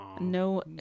No